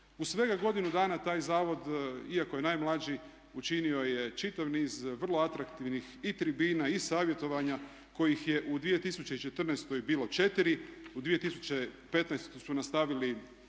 U svega godinu dana taj zavod iako je najmlađi učinio je čitav niz vrlo atraktivnih i tribina i savjetovanja kojih je u 2014. bilo 4, u 2015. su nastavili daleko